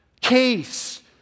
case